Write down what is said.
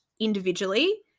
individually